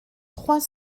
trois